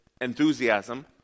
enthusiasm